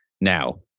Now